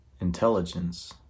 intelligence